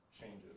changes